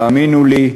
תאמינו לי,